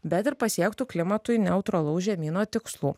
bet ir pasiektų klimatui neutralaus žemyno tikslų